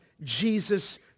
Jesus